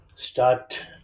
Start